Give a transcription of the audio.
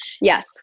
yes